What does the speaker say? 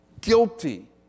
guilty